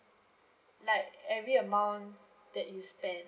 like every amount that you spend